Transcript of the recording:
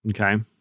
Okay